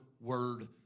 word